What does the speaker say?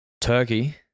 Turkey